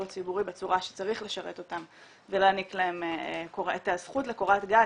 הציבורי בצורה שצריך לשרת אותם כדי להעניק להם את הזכות לקורת גג,